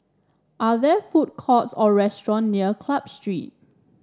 are there food courts or restaurant near Club Street